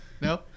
No